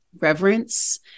reverence